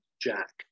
Jack